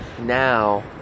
now